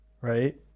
right